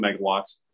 megawatts